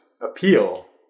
appeal